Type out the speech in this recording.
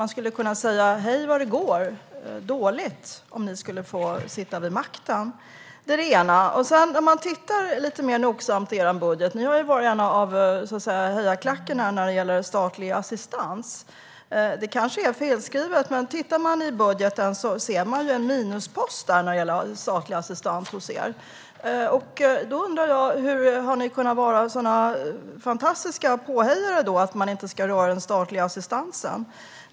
Man skulle kunna säga: Hej, vad det går dåligt, om ni skulle sitta vid makten! Det är det ena. Ni har varit en av hejaklackarna när det gäller statlig assistans. Det kanske är felskrivet. Men tittar man i er budget ser man en minuspost hos er när det gäller statlig assistans. Jag undrar: Hur har ni då kunnat vara sådana fantastiska påhejare för att man inte ska röra den statliga assistansen?